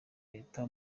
leta